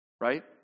right